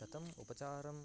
कथम् उपचारं